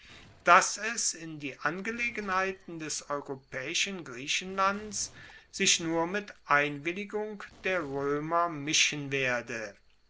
dass es in die angelegenheiten des europaeischen griechenlands sich nur mit einwilligung der roemer mischen werde